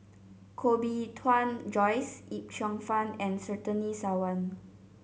Koh Bee Tuan Joyce Yip Cheong Fun and Surtini Sarwan